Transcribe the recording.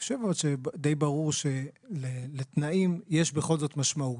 אני חושב שדי ברור שלתנאים יש בכל זאת משמעות.